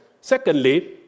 Secondly